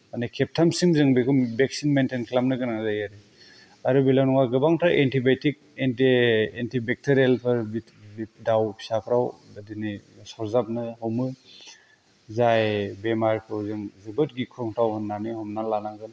माने खेबथामसिम जों बेखौ भेक्सिन मेन्तैन खालामनो गोनां जायो आरो आरो बेल' नङा गोबांथा एन्तिबाय'तिक एन्तिबेक्तेरियेलफोर बे बे दाव फिसाफ्राव बिदिनो सरजाबनो हमो जाय बेमारखौ जों जोबोद गिख्रंथाव होन्नानै हमना लानांगोन